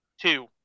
Two